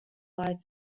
life